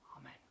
Amen